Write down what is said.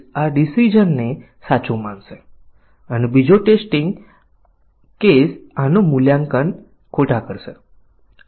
આપણે કહીએ કે ના બંને કરવા પડશે જ તો આપણે એક માન્ય કારણ આપવું પડશે જેમાં બતાવી શકાય કે જો તમે બ્લેક બોક્સ પરીક્ષણ ન કર્યું હોય તો તમે આ પ્રકારની સમસ્યાઓ ચૂકી જશો